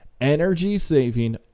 energy-saving